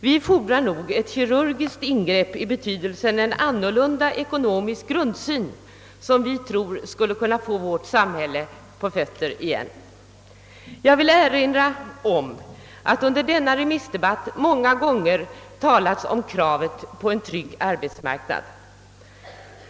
Vi fordrar nog ett kirurgiskt ingrepp i betydelsen en annorlunda ekonomisk grundsyn, för att få vårt samhälle på fötter igen. Jag vill erinra om att det under denna remissdebatt många gånger har talats om kravet på trygghet i arbetet.